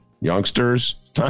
youngsters